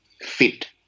fit